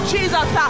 Jesus